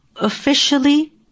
Officially